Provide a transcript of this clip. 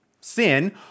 sin